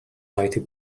slightly